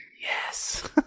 Yes